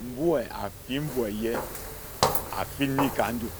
Mbue afi mbui eye afin ka nju